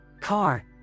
car